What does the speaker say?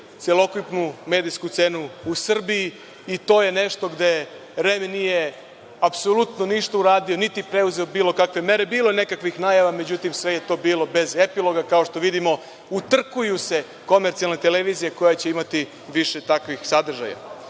celokupnu medijsku scenu u Srbiji i to je nešto gde REM nije apsolutno ništa uradio, niti preuzeo bilo kakve mere. Bilo je nekakvih najava. Međutim, sve je to bilo bez epiloga. Kao što vidimo, utrkuju se komercijalne televizije koja će imati više takvih sadržaja. Dalje,